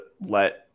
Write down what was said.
let